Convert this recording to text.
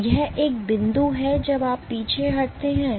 तो यह एक बिंदु है जब आप पीछे हटते हैं